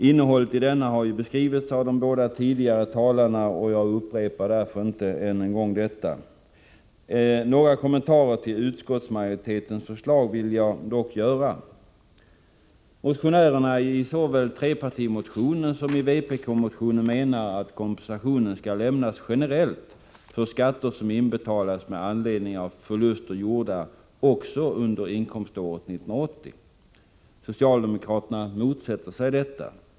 Innehållet i denna har ju beskrivits av de båda tidigare talarna, och jag upprepar därför inte detta. Några kommentarer till utskottsmajoritetens förslag vill jag dock göra. Motionärerna i såväl trepartimotionen som vpk-motionen menar att kompensation skall lämnas generellt för skatter som inbetalats med anledning av förluster gjorda också under inkomståret 1980. Socialdemokraterna motsätter sig detta.